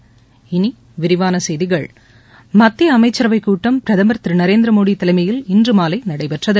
இனி விரிவான செய்திகள் மத்திய அமைச்சரவை கூட்டம் பிரதமர் திரு நரேந்திர மோடி தலைமையில் இன்று மாலை நடைபெற்றது